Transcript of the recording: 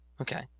Okay